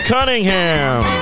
Cunningham